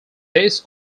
this